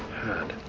had.